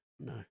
No